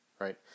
right